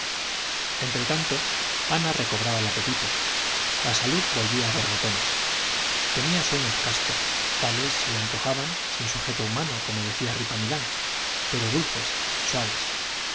lugarón entretanto ana recobraba el apetito la salud volvía a borbotones tenía sueños castos tales se le antojaban sin sujeto humano como decía ripamilán pero dulces suaves